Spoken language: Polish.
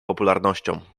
popularnością